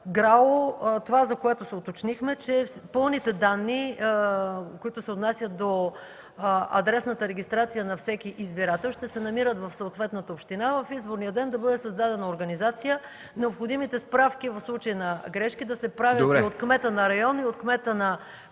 ГРАО, това, за което се уточнихме, е, че пълните данни, които се отнасят до адресната регистрация на всеки избирател, ще се намират в съответната община и в изборния ден да бъде създадена организация, необходимите справки в случай на грешки да се правят от кмета на района и от кмета на